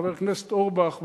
חבר הכנסת אורבך,